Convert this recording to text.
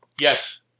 Yes